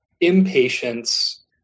impatience